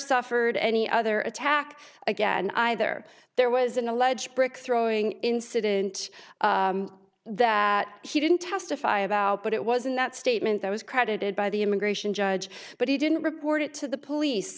suffered any other attack again either there was an alleged brick throwing incident that he didn't testify about but it was in that statement that was credited by the immigration judge but he didn't report it to the police